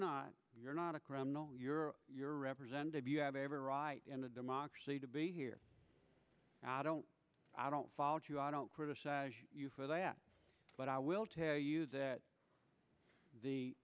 not you're not a criminal you're your representative you have every right in a democracy to be here i don't i don't i don't criticize you for that but i will tell you that the